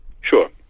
Sure